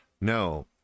No